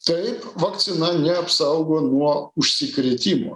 taip vakcina neapsaugo nuo užsikrėtimo